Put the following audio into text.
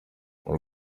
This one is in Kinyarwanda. muri